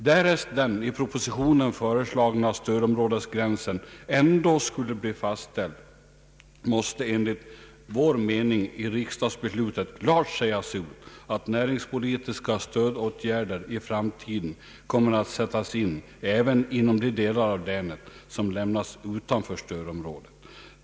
Därest den i propositionen föreslagna stödområdesgränsen ändock skulle bli fastställd måste enligt vår mening i riksdagsbeslutet klart sägas ut, att näringspolitiska stödåtgärder i framtiden kommer att sättas in även inom de delar av länet som lämnas utanför stödområdet.